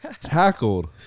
tackled